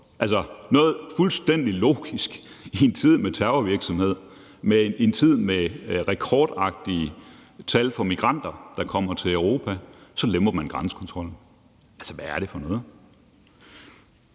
Altså, noget fuldstændig logisk i en tid med terrorvirksomhed, i en tid med rekordagtige tal på migranter, der kommer til Europa – så lemper man grænsekontrollen. Altså, hvad er det for noget?